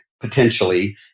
potentially